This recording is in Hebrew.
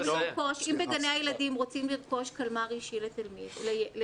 בגני הילדים רוצים לרכוש קלמר אישי לתלמיד,